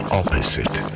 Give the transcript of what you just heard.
opposite